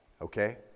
okay